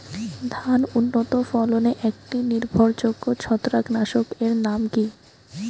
ধান উন্নত ফলনে একটি নির্ভরযোগ্য ছত্রাকনাশক এর নাম কি?